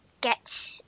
Get